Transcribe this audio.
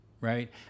Right